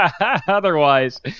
otherwise